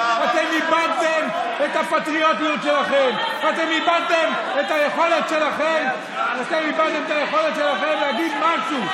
אתם איבדתם את הפטריוטיות שלכם ואתם איבדתם את היכולת שלכם להגיד משהו,